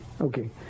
okay